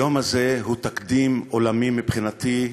היום הזה הוא תקדים עולמי מבחינתי.